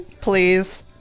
Please